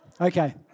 Okay